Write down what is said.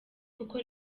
kuko